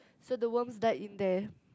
so the worms died in there